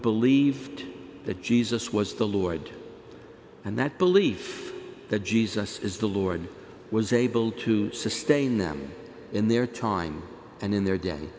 believed that jesus was the lord and that belief that jesus is the lord was able to sustain them in their time and in their day